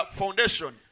foundation